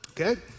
okay